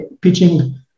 pitching